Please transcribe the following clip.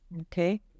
Okay